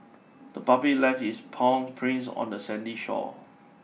the puppy left its paw prints on the sandy shore